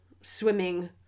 swimming